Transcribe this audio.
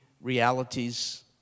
realities